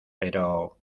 pero